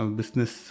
business